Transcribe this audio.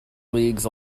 leagues